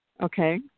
Okay